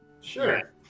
Sure